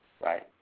right